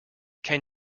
can